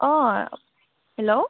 अ hello